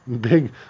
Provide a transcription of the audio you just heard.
big